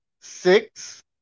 six